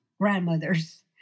grandmothers